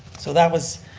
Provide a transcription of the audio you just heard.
so that was